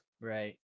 right